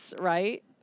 right